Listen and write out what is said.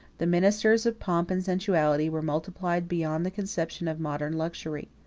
the ministers of pomp and sensuality were multiplied beyond the conception of modern luxury.